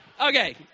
Okay